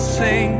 say